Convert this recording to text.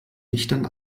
lichtern